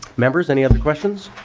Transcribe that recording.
members any other questions?